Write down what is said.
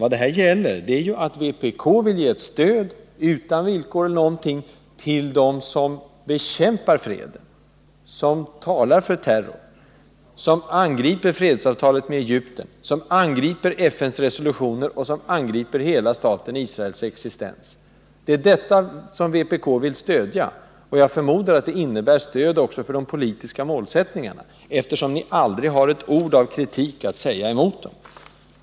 Vad det här gäller är att vpk vill ge stöd utan villkor eller några som helst förbehåll till dem som bekämpar freden, som talar för terror, som angriper fredsavtalet med Egypten, som angriper FN:s resolutioner och som angriper hela staten Israels existens. Det är detta som vpk vill stödja, och jag förmodar att det innebär stöd också för de politiska målsättningarna, eftersom ni aldrig har ett ord av kritik att säga mot dem.